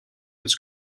with